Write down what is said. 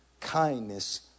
kindness